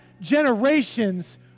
generations